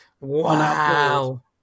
Wow